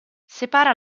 separa